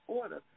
order